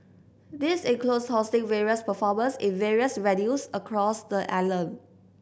this includes hosting various performers in various venues across the island